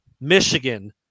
Michigan